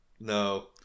No